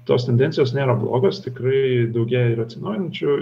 tos tendencijos nėra blogos tikrai daugėja ir atsinaujinančių